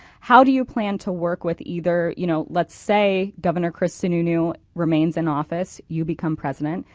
how do you plan to work with either? you know let's say governor chris sununu remains in office, you become president.